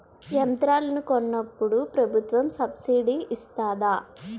యంత్రాలను కొన్నప్పుడు ప్రభుత్వం సబ్ స్సిడీ ఇస్తాధా?